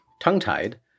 tongue-tied